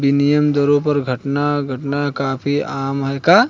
विनिमय दरों का घटना बढ़ना काफी आम है